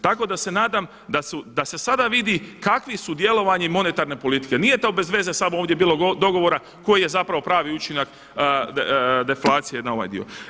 Tako da se nadam da se sada vidi kakvi su djelovanje monetarne politike, nije to bezveze samo ovdje bilo dogovora koji je pravi učinak deflacije na ovaj dio.